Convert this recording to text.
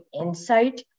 insight